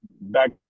back